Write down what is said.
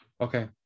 okay